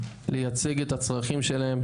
לייצג את הצרכים שלהם,